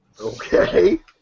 Okay